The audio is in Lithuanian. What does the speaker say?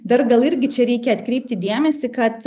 dar gal irgi čia reikia atkreipti dėmesį kad